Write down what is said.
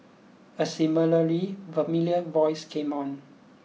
a seemingly familiar voice came on